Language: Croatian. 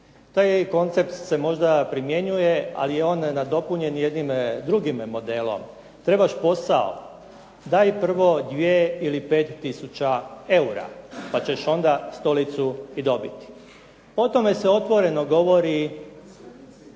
Taj koncept se možda primjenjuje, ali je nadopunjen jednim drugim modelom, "trebaš posao? Daj prvo dvije ili pet tisuća eura pa ćeš onda stolicu i dobiti." O tome se otvoreno govori